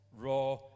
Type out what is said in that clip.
raw